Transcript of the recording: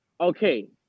okay